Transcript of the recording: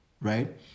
right